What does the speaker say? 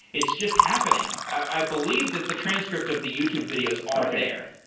it's just happening. i believe that the transcript of the youtube videos are there.